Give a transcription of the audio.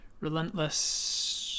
Relentless